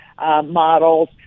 models